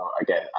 again